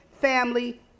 family